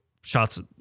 Shots